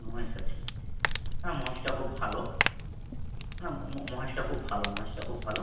মহেশ আছে হ্যাঁ মহেশটা খুব ভালো না মহেশটা খুব ভালো মহেশটা খুব ভালো